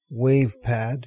WavePad